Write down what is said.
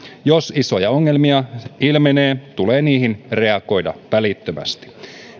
jos isoja ongelmia ilmenee tulee niihin reagoida välittömästi